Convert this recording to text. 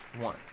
One